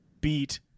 beat